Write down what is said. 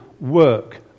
work